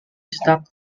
stuck